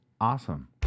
Awesome